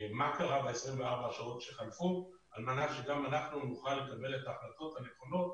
מה קרה ב-24 השעות שחלפו על-מנת שגם אנחנו נוכל לקבל את ההחלטות הנכונות